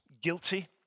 guilty